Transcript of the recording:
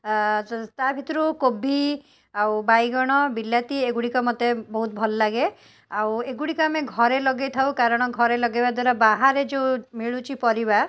ଆଁ ତା ଭିତରୁ କୋବି ଆଉ ବାଇଗଣ ବିଲାତି ଏଗୁଡ଼ିକ ମୋତେ ବହୁତ ଭଲ ଲାଗେ ଆଉ ଏଗୁଡ଼ିକ ଆମେ ଘରେ ଲଗାଇ ଥାଉ କାରଣ ଘରେ ଲଗାଇବା ଦ୍ୱାରା ବାହାରେ ଯେଉଁ ମିଳୁଛି ପରିବା